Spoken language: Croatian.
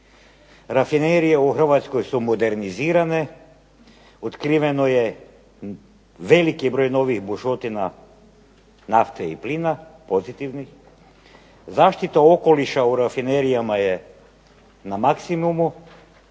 Rafinerije u Hrvatskoj su modernizirane, otkriveno je veliki broj novih bušotina nafte i plina, pozitivnih, zaštita okoliša u rafinerijama je na maksimumu